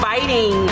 Fighting